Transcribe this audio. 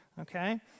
Okay